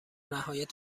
نهایت